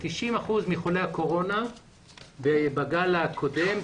ש-90 אחוזים מחולי הקורונה בגל הקודם,